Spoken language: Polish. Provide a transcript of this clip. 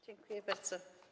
Dziękuję bardzo.